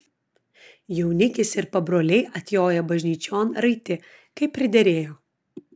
jaunikis ir pabroliai atjojo bažnyčion raiti kaip priderėjo